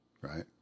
right